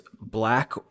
black